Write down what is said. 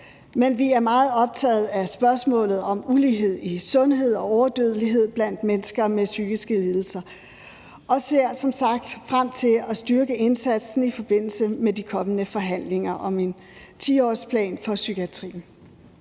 men vi er meget optaget af spørgsmålet om ulighed i sundhed og overdødelighed blandt mennesker med psykiske lidelser, og vi ser som sagt frem til at styrke indsatsen i forbindelse med de kommende forhandlinger om en 10-årsplan for psykiatrien.